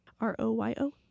R-O-Y-O